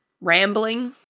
rambling